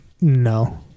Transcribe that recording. No